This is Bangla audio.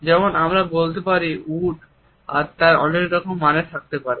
যেমন আমরা বলতে পারি উড আর তার অনেকরকম মানে থাকতে পারে